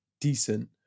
decent